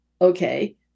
okay